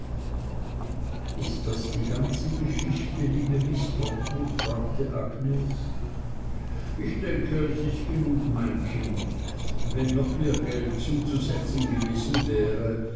ist das die ganze geschichte liebe miß trotwood fragte agnes ich denke es ist genug mein kind wenn noch mehr geld zuzusetzen gewesen wäre